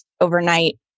overnight